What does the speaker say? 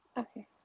Okay